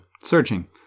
Searching